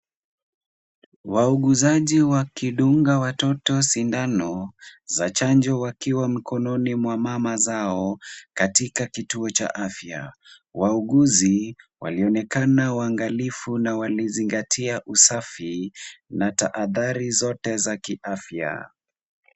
Wauguzaji wakidunga watoto sindano za chanjo wakiwa mikononi mwa mama zao, katika kituo cha afya. Wauguzi walionekana waangalifu na walizingatia usafi na taadhari zote za kiafya.